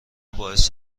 باعث